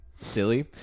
silly